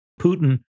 Putin